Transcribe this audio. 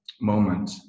moment